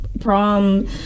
prom